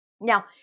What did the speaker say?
Now